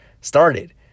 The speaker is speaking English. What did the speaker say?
started